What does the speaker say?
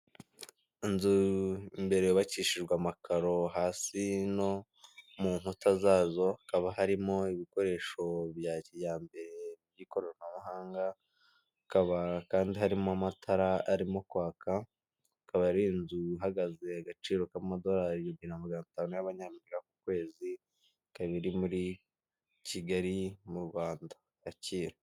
Inzu mbere yubakishijwe amakaro hasi no mu nkuta zazo haba harimo ibikoresho bya kijyambere by'ikoranabuhanga akabara kandi harimo amatara arimo kwaka akaba ari inzu ihagaze agaciro k'amadolari igihumbi na maganatanu y'abanyamerika ku kwezi ikabiri muri Kigali mu Rwanda Kacyiru.